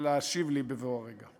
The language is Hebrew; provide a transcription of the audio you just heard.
להשיב לי בבוא הרגע.